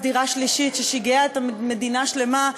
דובר על מס דירה שלישית ששיגע מדינה שלמה,